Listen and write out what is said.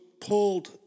pulled